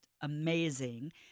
amazing